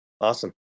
Awesome